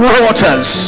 waters